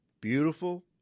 Beautiful